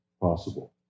possible